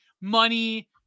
Money